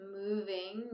moving